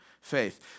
faith